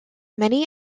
many